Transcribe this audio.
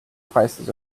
prices